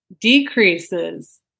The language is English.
decreases